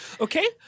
okay